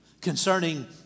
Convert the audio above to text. concerning